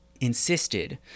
insisted